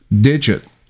Digit